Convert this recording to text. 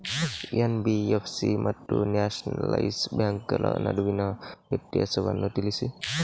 NBFC ಮತ್ತು nationalise ಬ್ಯಾಂಕುಗಳ ನಡುವಿನ ವ್ಯತ್ಯಾಸವನ್ನು ತಿಳಿಸಿ?